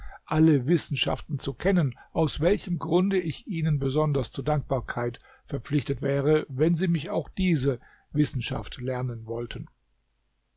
alle wissenschaften zu kennen aus welchem grunde ich ihnen besonders zu dankbarkeit verpflichtet wäre wenn sie mich auch diese wissenschaft lernen wollten